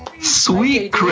sweet